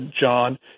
John